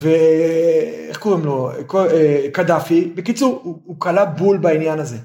ואיך קוראים לו, קדאפי, בקיצור הוא קלע בול בעניין הזה.